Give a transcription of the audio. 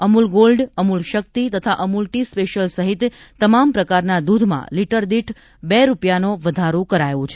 Amul gold Amul Shakti તથા Amul tea special સહિત તમામ પ્રકારના દૂધમાં લીટર દીઠ બે રૂપિયાનો વધારો કરાયો છે